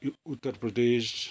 Uttar Pradesh